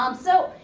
um so,